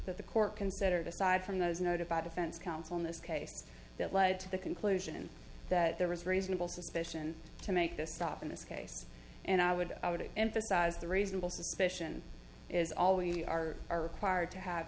that the court considered aside from those noted by defense counsel in this case that led to the conclusion that there was reasonable suspicion to make this stop in this case and i would i would emphasize the reasonable suspicion is always we are required to have